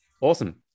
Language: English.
awesome